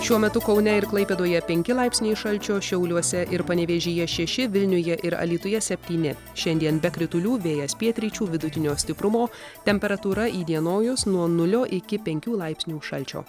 šiuo metu kaune ir klaipėdoje penki laipsniai šalčio šiauliuose ir panevėžyje šeši vilniuje ir alytuje septyni šiandien be kritulių vėjas pietryčių vidutinio stiprumo temperatūra įdienojus nuo nulio iki penkių laipsnių šalčio